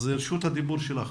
רשות הדיבור שלך.